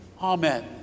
Amen